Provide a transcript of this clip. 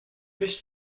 wist